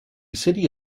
city